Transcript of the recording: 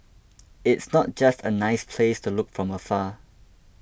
it's not just a nice place to look from afar